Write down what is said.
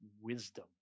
wisdom